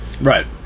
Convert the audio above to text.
Right